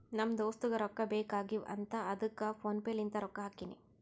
ನಮ್ ದೋಸ್ತುಗ್ ರೊಕ್ಕಾ ಬೇಕ್ ಆಗೀವ್ ಅಂತ್ ಅದ್ದುಕ್ ಫೋನ್ ಪೇ ಲಿಂತ್ ರೊಕ್ಕಾ ಹಾಕಿನಿ